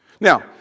Now